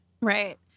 Right